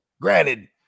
granted